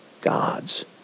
God's